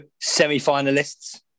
semi-finalists